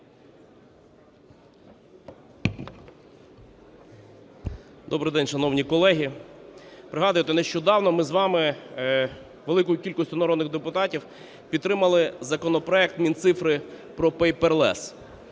Добрий день, шановні колеги! Пригадуєте, нещодавно ми з вами великою кількістю народних депутатів підтримали законопроект Мінцифри про пейперлес.